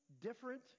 different